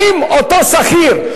האם אותו שכיר,